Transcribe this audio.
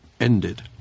ended